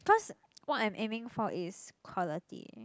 cause what I'm aiming for is quality